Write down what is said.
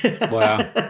wow